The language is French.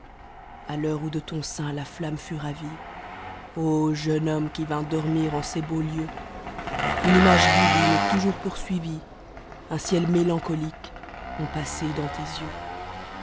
a l'heure où de ton sein la namme fut ravie ô jeune homme qui vins dormir en ces beaux lieux une image divine et toujours poursuivie un ciel mélancolique ont passé dans tes yeux